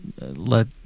let